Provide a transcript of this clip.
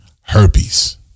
herpes